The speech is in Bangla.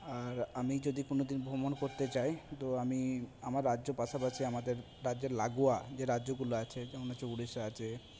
আর আমি যদি কোনোদিন ভ্রমণ করতে যাই তো আমি আমার রাজ্য পাশাপাশি আমাদের রাজ্যের লাগোয়া যে রাজ্যগুলো আছে যেমন আছে উড়িষ্যা আছে